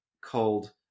called